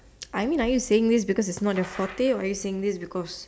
I mean are you saying this because it's not your forte or are you saying this because